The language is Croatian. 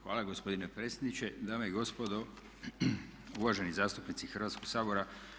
Hvala gospodine predsjedniče, dame i gospodo, uvaženi zastupnici Hrvatskog sabora.